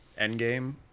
Endgame